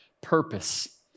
purpose